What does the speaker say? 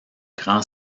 grand